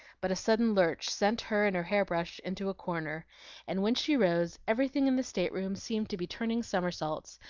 but a sudden lurch sent her and her hair-brush into a corner and when she rose, everything in the stateroom seemed to be turning somersaults,